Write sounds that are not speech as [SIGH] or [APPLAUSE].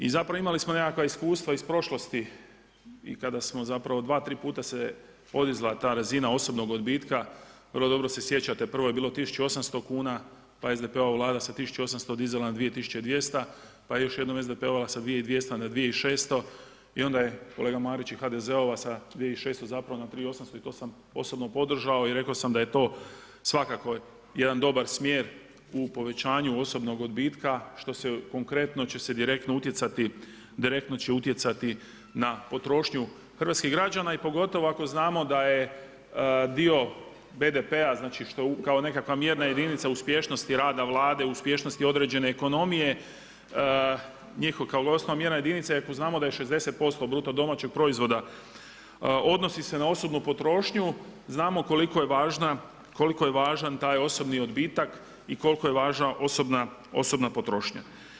I zapravo, imali smo nekakva iskustva iz prošlosti, i kada smo, zapravo 2,3 puta, se podizala ta razina osobnog odbitka, vrlo dobro se sjećate, prvo je bilo 1800 kuna, pa SDP-ova Vlada sa 1800 dizala na 2200, pa još jednom SDP-ova sa 2200 na 2600, i onda je kolega Marić i HDZ-ova sa 2600 zapravo na 3800, i to sam osobno podržao, i rek'o sam da je to svakako jedan dobar smjer u povećanju osobnog odbitka, što se konkretno, će se direktno utjecati, direktno će utjecati na potrošnju hrvatskih građana i pogotovo ako znamo da je dio BDP-a, znači, što je, kao nekakva mjerna jedinica uspješnosti rada Vlade, uspješnosti određen ekonomije, njihov, kao ... [UNINTELLIGIBLE] osnovna mjerna jedinica, iako znamo da je 60% bruto domaćeg proizvoda, odnosi se na osobnu potrošnju, znamo koliko je važan taj osobni odbitak, i kol'ko je važna osobna potrošnja.